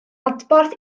adborth